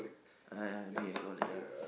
uh being a ya